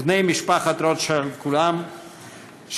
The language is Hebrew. בני משפחת רוטשילד כולם,